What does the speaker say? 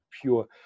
pure